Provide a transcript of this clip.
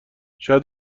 شاید